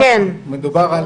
מדובר,